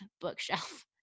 bookshelf